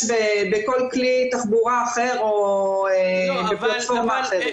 בכל כלי תחבורה אחר או בפלטפורמה אחרת.